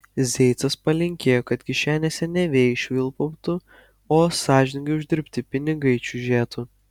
zeicas palinkėjo kad kišenėse ne vėjai švilpautų o sąžiningai uždirbti pinigai čiužėtų